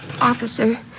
Officer